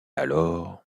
alors